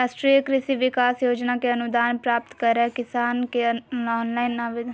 राष्ट्रीय कृषि विकास योजना के अनुदान प्राप्त करैले किसान के ऑनलाइन आवेदन करो परतय